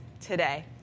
today